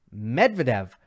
Medvedev